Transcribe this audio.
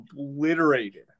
obliterated